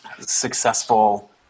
successful